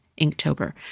Inktober